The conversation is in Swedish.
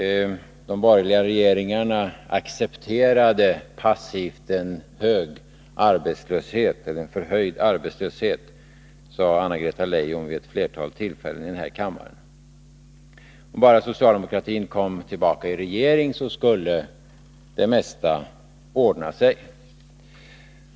De borgerliga regeringarna accepterade passivt en hög arbetslöshet, eller en förhöjd arbetslöshet, sade Anna-Greta Leijon vid ett flertal tillfällen i den här kammaren. Om bara socialdemokratin kom tillbaka i regeringsställning skulle det mesta ordna sig.